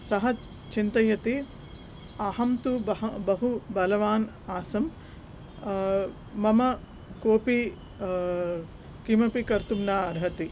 सः चिन्तयति अहं तु बहु बहु बलवान् आसं मम कोपि किमपि कर्तुं न अर्हति